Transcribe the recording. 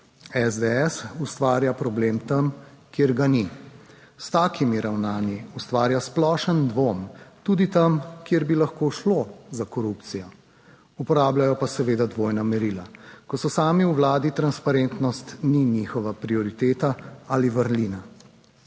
SDS ustvarja problem tam, kjer ga ni. S takimi ravnanji ustvarja splošen dvom tudi tam, kjer bi lahko šlo za korupcijo. Uporabljajo pa seveda dvojna merila: ko so sami v vladi, transparentnost ni njihova prioriteta ali vrlina.